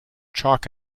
chalk